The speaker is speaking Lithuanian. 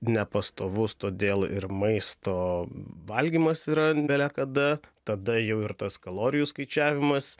nepastovus todėl ir maisto valgymas yra belekada tada jau ir tas kalorijų skaičiavimas